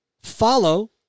follow